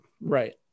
right